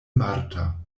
marta